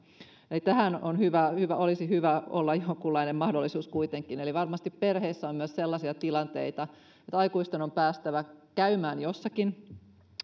eli tähän olisi hyvä olla jonkunlainen mahdollisuus kuitenkin sillä varmasti perheissä on myös sellaisia tilanteita että aikuisten on päästävä käymään jossakin